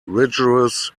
rigorous